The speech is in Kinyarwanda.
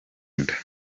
n’izindi